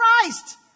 Christ